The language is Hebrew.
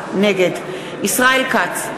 נגד ישראל כץ,